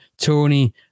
Tony